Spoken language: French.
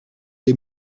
des